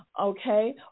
okay